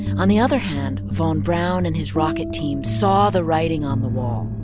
on the other hand, von braun and his rocket team saw the writing on the wall.